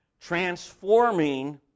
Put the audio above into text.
transforming